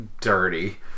dirty